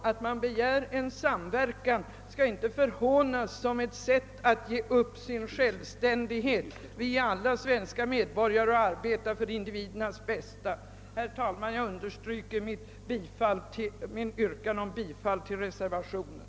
Att det nu begärs en samverkan bör inte förhånas och framställas som om vi skulle vilja uppge vår självständighet. Vi är alla svenska medborgare och arbetar för individernas bästa. Herr talman! Jag upprepar min hemställan om bifall till reservationen.